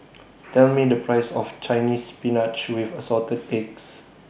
Tell Me The Price of Chinese Spinach with Assorted Eggs